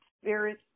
Spirit